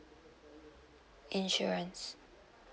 insurance